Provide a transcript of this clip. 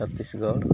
Chhattisgarh